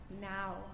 now